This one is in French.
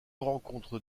rencontre